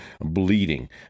bleeding